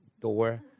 door